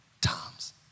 times